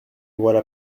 voilà